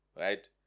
right